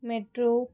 metro